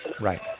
Right